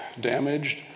damaged